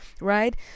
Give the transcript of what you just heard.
right